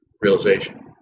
realization